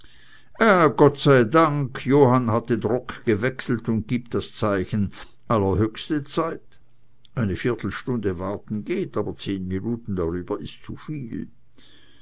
gott sei dank johann hat den rock gewechselt und gibt das zeichen allerhöchste zeit eine viertelstunde warten geht aber zehn minuten darüber ist zuviel